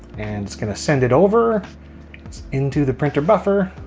and it's gonna send it over into the printer buffer.